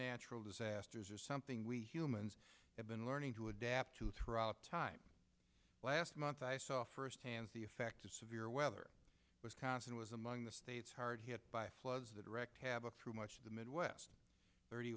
natural disasters are something we humans have been learning to adapt to throughout time last month i saw firsthand the effect of severe weather wisconsin was among the states hard hit by floods a direct have a through much of the midwest thirty